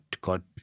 God